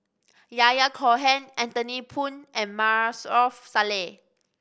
Yahya Cohen Anthony Poon and Maarof Salleh